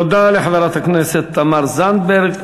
תודה לחברת הכנסת תמר זנדברג.